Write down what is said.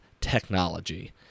technology